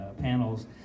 panels